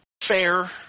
Fair